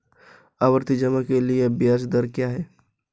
आवर्ती जमा के लिए ब्याज दर क्या है?